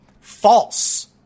False